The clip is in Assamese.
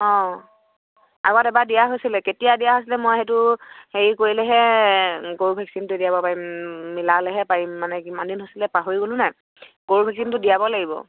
অঁ আগত এবাৰ দিয়া হৈছিলে কেতিয়া দিয়া হৈছিলে মই সেইটো হেৰি কৰিলেহে গৰু ভেকচিনটো দিয়াব পাৰিম মিলালেহে পাৰিম মানে কিমান দিন হৈছিলে পাহৰি গ'লোঁ নাই গৰু ভেকচিনটো দিয়াব লাগিব